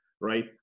right